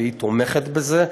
והיא תומכת בזה.